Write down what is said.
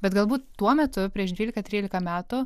bet galbūt tuo metu prieš dvylika trylika metų